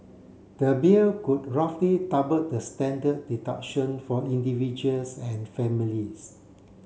the bill would roughly double the standard deduction for individuals and families